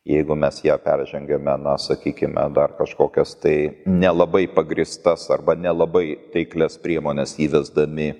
jeigu mes ją peržengiame na sakykime dar kažkokias tai ne labai pagrįstas arba nelabai taiklias priemones įvesdami